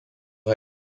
ha